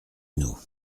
nous